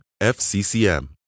FCCM